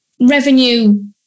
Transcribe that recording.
revenue